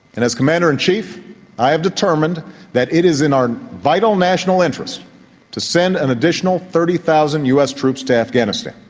and as commander-in-chief i have determined that it is in our vital national interest to send an additional thirty thousand us troops to afghanistan.